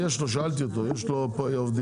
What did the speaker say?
שאלתי אותו, יש לו עובדים.